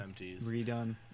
redone